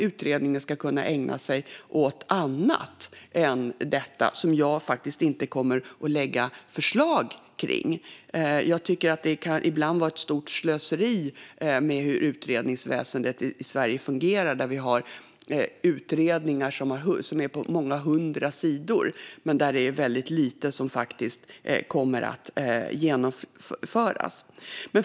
Utredningen ska kunna ägna sig åt annat än något som jag inte kommer att lägga fram förslag om. Så som utredningsväsendet i Sverige fungerar är ibland ett stort slöseri. Det finns utredningar på många hundra sidor varav väldigt lite sedan kommer att genomföras.